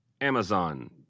Amazon